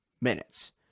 minutes